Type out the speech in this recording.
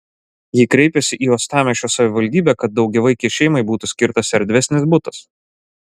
ji kreipėsi į uostamiesčio savivaldybę kad daugiavaikei šeimai būtų skirtas erdvesnis butas